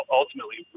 ultimately